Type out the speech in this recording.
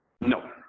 No